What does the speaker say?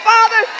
Father